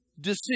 decision